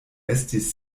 estis